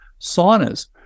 saunas